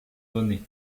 donnés